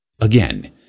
Again